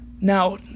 now